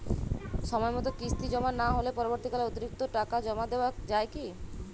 সময় মতো কিস্তি জমা না হলে পরবর্তীকালে অতিরিক্ত টাকা জমা দেওয়া য়ায় কি?